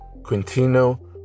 Quintino